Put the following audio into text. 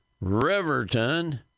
Riverton